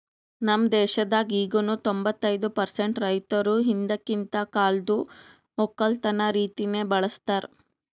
ನಮ್ ದೇಶದಾಗ್ ಈಗನು ತೊಂಬತ್ತೈದು ಪರ್ಸೆಂಟ್ ರೈತುರ್ ಹಿಂದಕಿಂದ್ ಕಾಲ್ದು ಒಕ್ಕಲತನ ರೀತಿನೆ ಬಳ್ಸತಾರ್